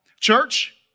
Church